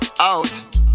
out